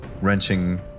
wrenching